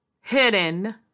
hidden